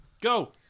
Go